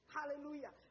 Hallelujah